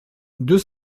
deux